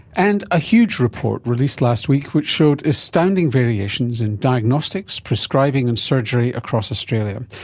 and a huge report released last week which showed astounding variations in diagnostics, prescribing and surgery across australia.